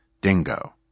dingo